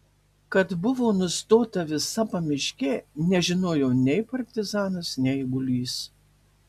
kad buvo nustota visa pamiškė nežinojo nei partizanas nei eigulys